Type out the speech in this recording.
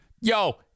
Yo